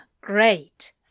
great